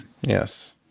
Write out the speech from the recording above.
yes